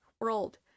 world